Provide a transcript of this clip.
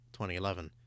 2011